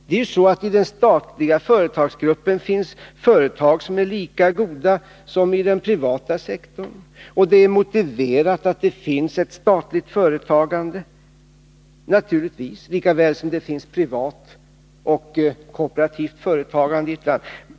Det är ju så, att det i den statliga företagsgruppen finns företag som är lika goda som företag i den privata sektorn, och det är naturligtvis motiverat att det finns ett statligt företagande, lika väl som det finns ett privat och ett kooperativt företagande.